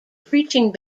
preaching